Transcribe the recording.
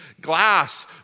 glass